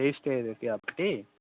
hair స్టయిల్కి కాబట్టి